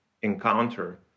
encounter